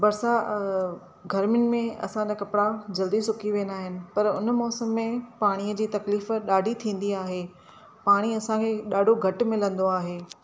बरसा गर्मियुनि में असांजा कपिड़ा जल्दी सुकी वेंदा आहिनि पर उन मौसमु में पाणीअ जी तकलीफ़ूं ॾाढी थींदी आहे पाणी असां खे ॾाढो घटि मिलंदो आहे